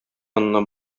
янына